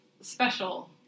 special